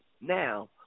now